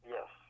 Yes